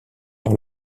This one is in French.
par